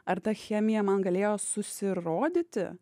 ar ta chemija man galėjo susirodyti